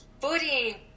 booty